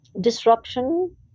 Disruption